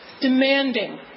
demanding